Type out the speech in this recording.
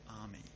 army